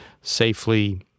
safely